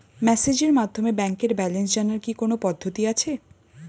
মেসেজের মাধ্যমে ব্যাংকের ব্যালেন্স জানার কি কোন পদ্ধতি আছে?